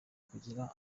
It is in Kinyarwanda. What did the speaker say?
kugera